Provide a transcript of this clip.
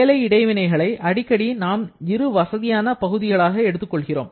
வேலை இடைவினைகளை அடிக்கடி நாம் இரு வசதியான பகுதிகளாக எடுத்துக் கொள்கிறோம்